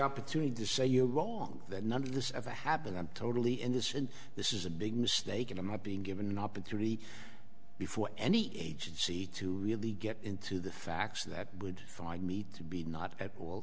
opportunity to say you're wrong that none of this of a happened i'm totally in this and this is a big mistake and i'm not being given an opportunity before any agency to really get into the facts that would find me to be not